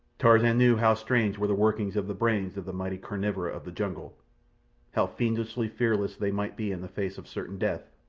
tarzan knew how strange were the workings of the brains of the mighty carnivora of the jungle how fiendishly fearless they might be in the face of certain death,